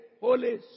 Holy